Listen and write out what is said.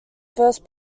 first